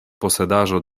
posedaĵo